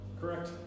correct